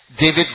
David